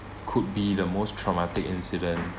could be the most traumatic incident